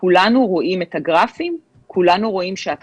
כולנו רואים את הגרפים.